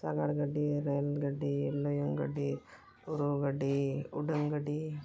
ᱥᱟᱜᱟᱲ ᱜᱟᱹᱰᱤ ᱨᱮᱹᱞ ᱜᱟᱹᱰᱤ ᱞᱚᱭᱚᱝ ᱜᱟᱹᱰᱤ ᱩᱨᱩ ᱜᱟᱹᱰᱤ ᱩᱰᱟᱹᱱ ᱜᱟᱹᱰᱤ